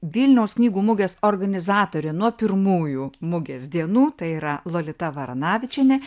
vilniaus knygų mugės organizatorė nuo pirmųjų mugės dienų tai yra lolita varanavičienė